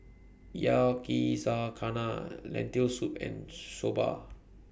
Yakizakana Lentil Soup and Soba